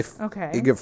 Okay